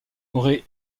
aurait